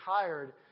tired